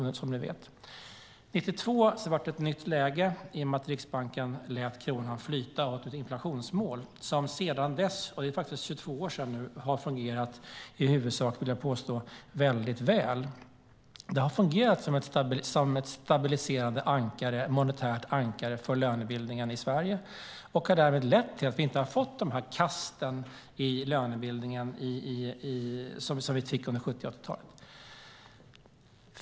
År 1992 blev det ett nytt läge i och med att Riksbanken lät kronan flyta och ett inflationsmål infördes som sedan dess - det är nu 22 år sedan - har fungerat i huvudsak mycket väl, vill jag påstå. Det har fungerat som ett stabiliserande monetärt ankare för lönebildningen i Sverige och har därmed lett till att vi inte har fått de kast i lönebildningen som vi fick under 70 och 80-talet.